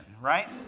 right